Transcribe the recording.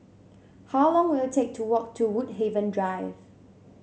how long will it take to walk to Woodhaven Drive